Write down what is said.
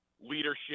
leadership